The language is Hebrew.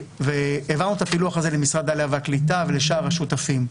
והעברנו את הפילוח הזה למשרד העלייה והקליטה ולשאר השותפים.